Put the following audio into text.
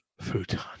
futon